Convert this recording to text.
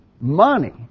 money